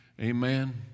Amen